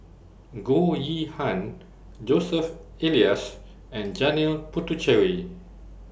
Goh Yihan Joseph Elias and Janil Puthucheary